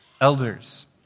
elders